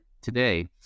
today